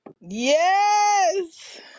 yes